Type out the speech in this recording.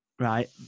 Right